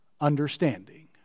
understanding